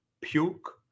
puke